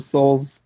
Souls